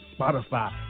Spotify